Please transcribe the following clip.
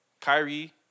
Kyrie